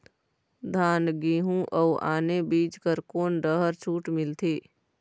धान गेहूं अऊ आने बीज बर कोन डहर छूट मिलथे?